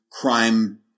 crime